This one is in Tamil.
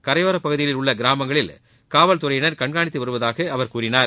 கரையோரப் பகுதிகளில் உள்ள கிராமங்களில் காவல்துறையினர் கண்காணித்து வருவதாக அவர் கூறினார்